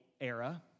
era